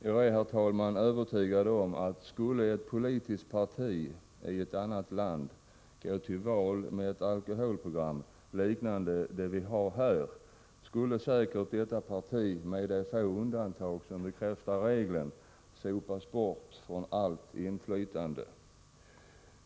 Jag är, herr talman, övertygad om att skulle ett politiskt parti i ett annat land gå till val med ett alkoholprogram liknande det vi har här skulle detta parti säkert — med några få undantag som bekräftar regeln — sopas bort från allt inflytande.